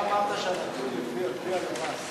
אתה אמרת שהנתון לפי הלמ"ס